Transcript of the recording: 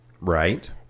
Right